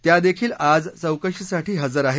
त्या देखील आज चौकशीसाठी हजर आहेत